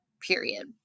period